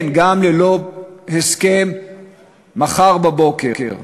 כן, גם ללא הסכם מחר בבוקר.